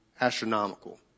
astronomical